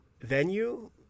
venue